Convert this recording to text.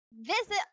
visit